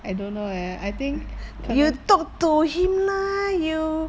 I don't know eh I think 可能